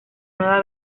nueva